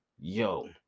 yo